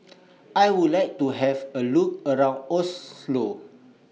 I Would like to Have A Look around Oslo